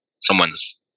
someone's